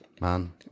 man